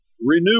Renew